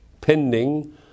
pending